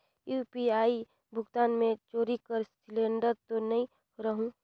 UPI भुगतान मे चोरी कर सिलिंडर तो नइ रहु?